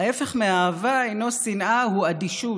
"ההפך מאהבה אינו שנאה, הוא אדישות",